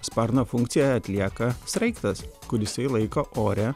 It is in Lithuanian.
sparno funkciją atlieka sraigtas kuris laiko ore